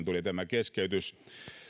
tuli tämä keskeytys